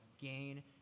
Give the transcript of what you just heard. gain